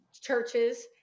churches